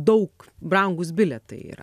daug brangūs bilietai yra